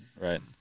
Right